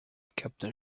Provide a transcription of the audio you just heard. captain